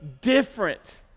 different